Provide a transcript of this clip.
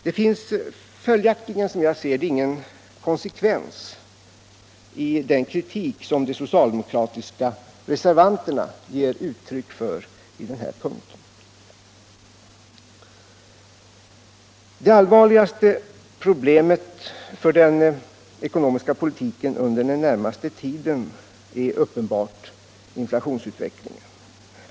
Det finns följaktligen, som jag ser det, ingen konsekvens i den kritik som de socialdemokratiska reservanterna ger uttryck för på den här punkten. Det allvarligaste problemet för den ekonomiska politiken under den närmaste tiden är uppenbart inflationsutvecklingen.